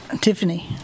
tiffany